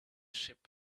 ship